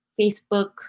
facebook